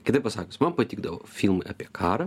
kitaip pasakius man patikdavo filmai apie karą